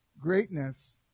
greatness